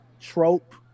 trope